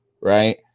right